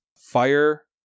fire